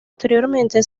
posteriormente